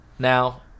Now